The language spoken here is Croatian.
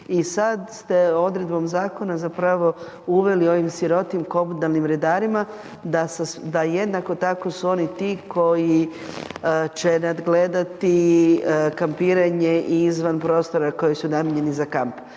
I sada ste odredbom zakona zapravo uveli ovim sirotim komunalnim redarima da jednako tako su oni ti koji će nadgledati kampiranje i izvan prostora koji su namijenjeni za kamp.